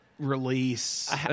release